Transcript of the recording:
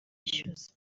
yishyuza